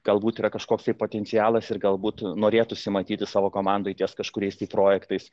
galbūt yra kažkoksai potencialas ir galbūt norėtųsi matyti savo komandoj ties kažkuriais projektais